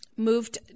moved